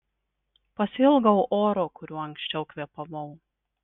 pasiilgau oro kuriuo anksčiau kvėpavau